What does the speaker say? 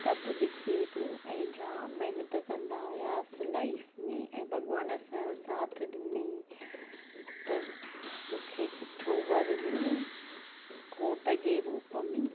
सभ ॾिसे पियो ऐं जाम महिनत कंदा हुआसीं लाइफ में ऐं भॻिवान असांयो साथ ॾिनई त मूंखे सुठो वर मिलियो घोट जे रूप में